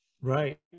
Right